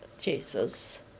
Jesus